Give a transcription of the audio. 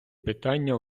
питання